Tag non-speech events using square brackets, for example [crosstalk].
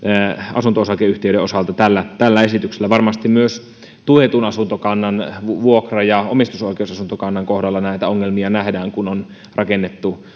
asunto osakeyhtiöiden osalta tällä tällä esityksellä varmasti myös tuetun asuntokannan vuokra ja omistusoikeusasuntokannan kohdalla näitä ongelmia nähdään kun on rakennettu [unintelligible]